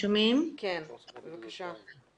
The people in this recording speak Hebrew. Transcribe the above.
אבן, בבקשה.